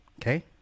okay